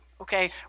okay